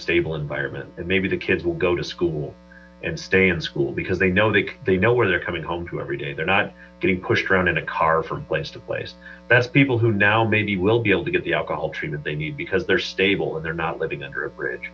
stable environment and maybe the kids will go to school and stay in school because they know that they know where they're coming home to every day they're not getting pushed around in a car from place to place that's people who now maybe will be able to get the alcohol treatment they need because they're stable and they're not living under a bridge